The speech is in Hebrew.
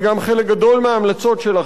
וגם חלק גדול מההמלצות שלה,